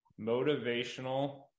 motivational